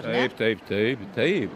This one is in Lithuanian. taip taip taip taip